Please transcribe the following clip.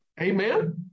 amen